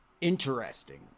interesting